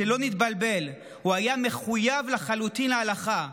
שלא נתבלבל, הוא היה מחויב להלכה לחלוטין.